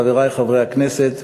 חברי חברי הכנסת,